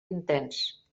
intens